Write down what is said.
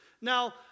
Now